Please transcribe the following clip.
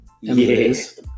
Yes